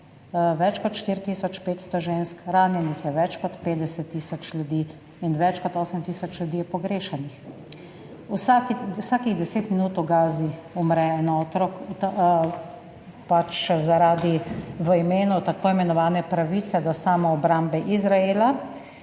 več kot 4 tisoč 500 žensk, ranjenih je več kot 50 tisoč ljudi in več kot 8 tisoč ljudi je pogrešanih. Vsakih 10 minut v Gazi umre en otrok v imenu tako imenovane pravice do samoobrambe Izraela,